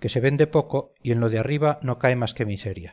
que se vende poco y en lo de arriba no cae más que miseria